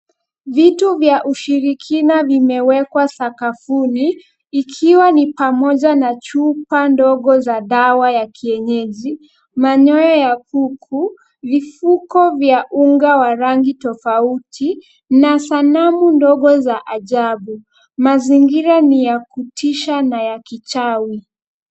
Vitu vya ushirikina vimewekwa sakafuni, ikiwa ni pamoja na chupa, ndogo za dawa ya kienyeji, manyoya ya kuku, vifuko vya unga wa rangi tofauti na sanamu ndogo za ajabu. Mazingira ni ya kutisha na ya kichawi.